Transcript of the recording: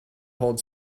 hold